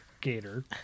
Gator